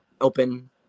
open